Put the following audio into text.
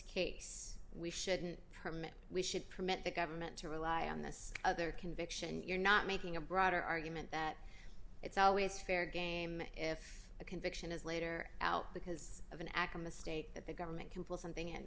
case we shouldn't permit we should permit the government to rely on this other conviction you're not making a broader argument that the it's always fair game if a conviction is later out because of an actor mistake that the government can pull something